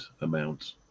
amount